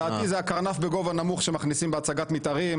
לדעתי זה הקרנף בגובה נמוך שמכניסים בהצגת מתארים,